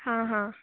हां हां